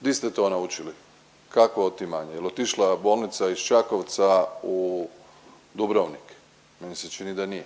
di ste to naučili? Kakvo otimanje? Je li otišla bolnica iz Čakovca u Dubrovnik? Meni se čini da nije.